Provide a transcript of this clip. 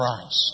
Christ